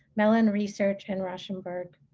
mellon research and rauschenberg.